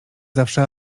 zawsze